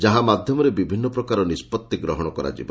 ଯାହା ମାଧ୍ଧମରେ ବିଭିନ୍ନ ପ୍ରକାର ନିଷ୍ବଭି ଗ୍ରହଶ କରାଯିବ